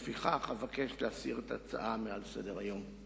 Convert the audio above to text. לפיכך, אבקש להסיר את ההצעה מעל סדר-היום.